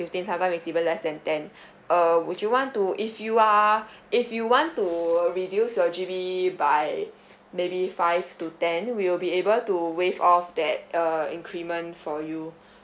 fifteen sometimes it's even less than ten uh would you want to if you are if you want to reduce your G_B by maybe five to ten we'll be able to wave off that uh increment for you